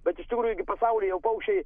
bet iš tikrųjų gi pasauly jau paukščiai